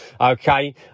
okay